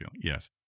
Yes